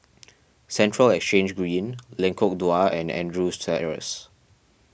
Central Exchange Green Lengkok Dua and Andrews Terrace